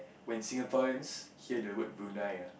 when Singaporeans hear the word Brunei ah